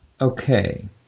Okay